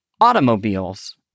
automobiles